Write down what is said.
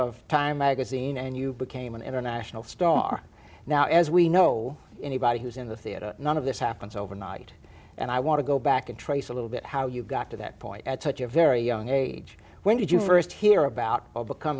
of time magazine and you became an international star now as we know anybody who's in the theater none of this happens overnight and i want to go back and trace a little bit how you got to that point at such a very young age when did you first hear about